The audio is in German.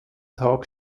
tag